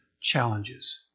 challenges